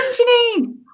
Janine